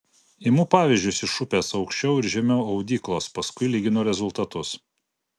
imu pavyzdžius iš upės aukščiau ir žemiau audyklos paskui lyginu rezultatus